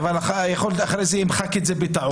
יכול להיות שאחרי זה הוא ימחק את זה בטעות.